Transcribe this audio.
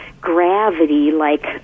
gravity-like